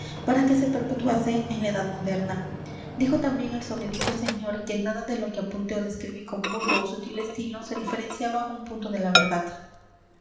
para que se perpetuase en la edad moderna dijo también el sobredicho señor que nada de lo que apunté o describí con burdo o sutil estilo se diferenciaba un punto de la verdad